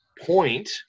point